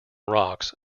rocks